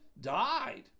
died